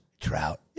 Trout